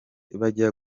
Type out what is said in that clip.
bajya